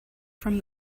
from